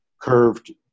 curved